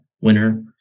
winner